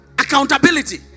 accountability